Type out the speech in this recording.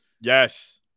Yes